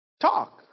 Talk